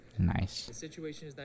Nice